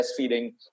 breastfeeding